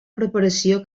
preparació